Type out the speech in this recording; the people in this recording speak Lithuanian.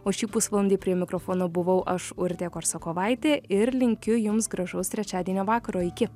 o šį pusvalandį prie mikrofono buvau aš urtė korsakovaitė ir linkiu jums gražaus trečiadienio vakaro iki